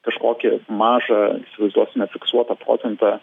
kažkokį mažą įsivaizduosime fiksuotą procentą